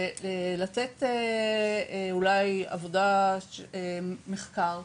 ולתת עבודת מחקר,